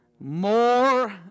More